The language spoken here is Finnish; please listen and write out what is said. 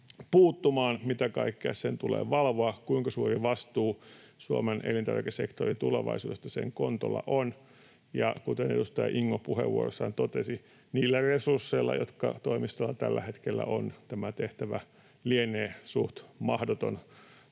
puuttumaan, mitä kaikkea sen tulee valvoa, kuinka suuri vastuu Suomen elintarvikesektorin tulevaisuudesta sen kontolla on, ja kuten edustaja Ingo puheenvuorossaan totesi, niillä resursseilla, jotka toimistolla tällä hetkellä on, tämä tehtävä lienee suht mahdoton.